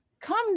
come